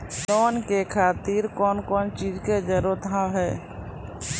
Loan के खातिर कौन कौन चीज के जरूरत हाव है?